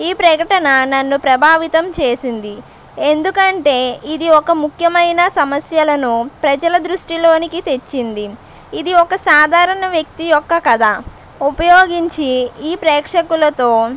ఈ ప్రకటన నన్ను ప్రభావితం చేసింది ఎందుకంటే ఇది ఒక ముఖ్యమైన సమస్యలను ప్రజల దృష్టిలోనికి తెచ్చింది ఇది ఒక సాధారణ వ్యక్తి యొక్క కథ ఉపయోగించి ఈ ప్రేక్షకులతో